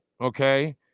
okay